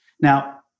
Now